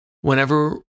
whenever